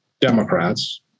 Democrats